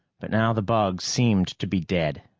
but now the bugs seemed to be dead.